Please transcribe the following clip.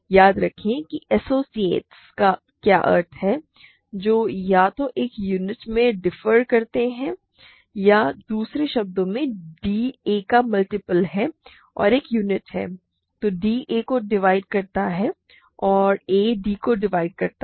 याद रखें कि एसोसिएट्स का क्या अर्थ है जो या तो एक यूनिट से डिफर करते हैं या दूसरे शब्दों में d a का मल्टीपल है और एक यूनिट है तो d a को डिवाइड करता है और a d को डिवाइड करता है